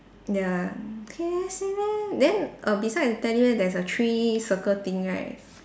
ya then err beside the teddy bear there's a three circle thing right